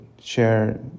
share